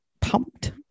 pumped